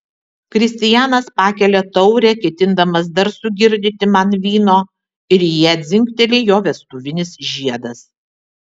kristijanas pakelia taurę ketindamas dar sugirdyti man vyno ir į ją dzingteli jo vestuvinis žiedas